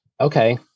okay